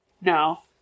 no